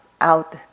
out